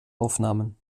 aufnahmen